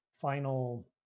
final